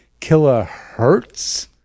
kilohertz